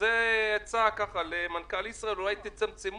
זאת הצעה למנכ"ל ישראייר אולי לצמצם